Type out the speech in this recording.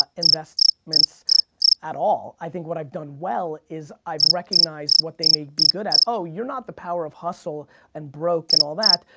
ah investments at all, i think what i've done well is i've recognized what they may be good at, oh you're not the power of hustle and broke and all that,